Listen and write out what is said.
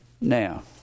Now